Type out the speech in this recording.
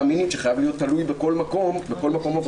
המינית שחייב להיות תלוי בכל מקום עבודה,